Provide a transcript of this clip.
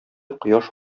кояш